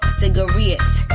cigarettes